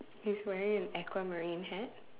he's wearing an aquamarine hat